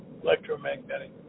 Electromagnetic